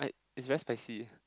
it's very spicy